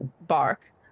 bark